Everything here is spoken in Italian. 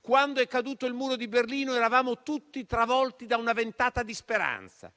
Quando è caduto il Muro di Berlino eravamo tutti travolti da una ventata di speranza.